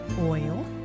Oil